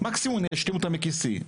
מקסימום אני אוציא אותה מכיסי.